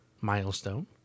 milestone